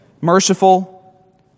merciful